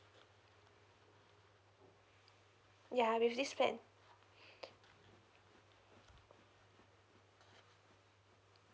yeah with this plan